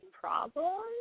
problem